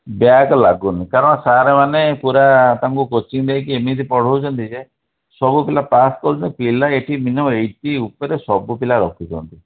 back ଲାଗୁନି କାରଣ ସାର୍ମାନେ ପୁରା ତାଙ୍କୁ କୋଚିଂ ଦେଇକି ଏମିତି ପଢ଼ାଉଛନ୍ତି ଯେ ସବୁ ପିଲା ପାସ୍ କରୁଛନ୍ତି ପିଲା ଏଇଠି ମିନିମମ୍ ଏଇଟି ଉପରେ ସବୁ ପିଲା ରଖୁଛନ୍ତି